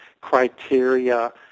criteria